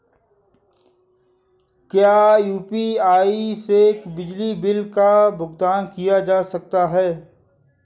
क्या यू.पी.आई से बिजली बिल का भुगतान किया जा सकता है?